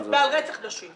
רצח נשים.